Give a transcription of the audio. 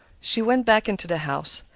she went back into the house.